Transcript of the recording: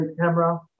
camera